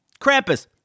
Krampus